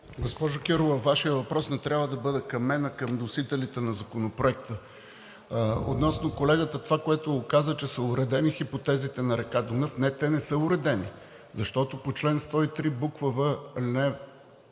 Госпожо Кирова, Вашият въпрос не трябва да бъде към мен, а към вносителите на Законопроекта. Относно колегата и това, което каза, че са уредени хипотезите на река Дунав – не, те не са уредени, защото по чл. 103, буква „в“,